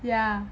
ya